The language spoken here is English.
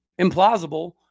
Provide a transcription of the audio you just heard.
implausible